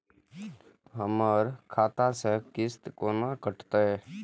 हमर खाता से किस्त कोना कटतै?